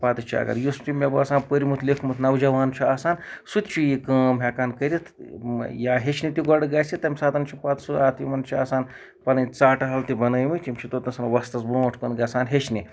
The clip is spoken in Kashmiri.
پَتہٕ چھُ اَگر یُس تہِ مےٚ باسان مےٚ پوٚرمُت لیوٗکھمُت نوجوان چھُ آسان سُہ تہِ چھُ یہِ کٲم ہٮ۪کان کٔرِتھ یا ہیٚچھِنۍ تہِ گۄڈٕ گژھِ تَمہِ ساتہٕ چھُ پَتہٕ سُہ اَتھ یِمن چھُ آسان پَنٕنۍ ژاٹہٕ حال تہِ بَنٲومٕتۍ یِم چھِ توتَنس ۄستَس برونٹھ کُن گژھان ہیٚچھنہِ